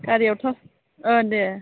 गारिआथ' दे